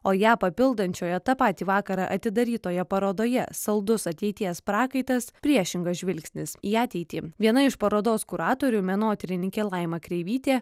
o ją papildančioje tą patį vakarą atidarytoje parodoje saldus ateities prakaitas priešingas žvilgsnis į ateitį viena iš parodos kuratorių menotyrininkė laima kreivytė